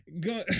Go